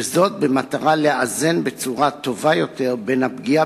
במטרה לאזן בצורה טובה יותר בין הפגיעה